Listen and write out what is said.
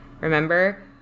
remember